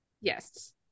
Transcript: yes